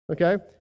Okay